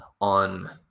on